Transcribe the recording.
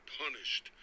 punished